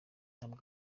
ntabwo